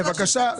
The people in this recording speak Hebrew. בבקשה,